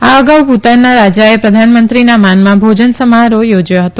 આ અગાઉ ભુતાનના રાજાએ પ્રધાનમંત્રીના માનમાં ભોજન સમારોહ થોજ્યો હતો